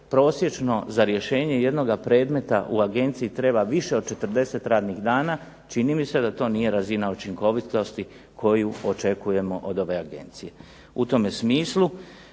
prosječno za rješenje jednoga predmeta u agenciji treba više od 40 radnih dana, čini mi se da to nije razina učinkovitosti koju očekujemo od ove agencije.